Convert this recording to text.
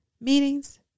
meetings